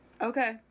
Okay